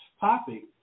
topic